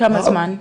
כמה זמן?